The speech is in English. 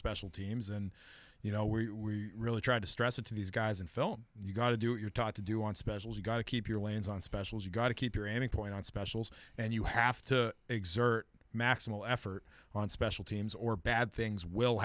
special teams and you know we really tried to stress it to these guys until you got to do what you're taught to do on specials you gotta keep your lanes on specials you gotta keep your ending point on specials and you have to exert maximal effort on special teams or bad things will